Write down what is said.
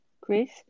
Chris